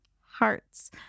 hearts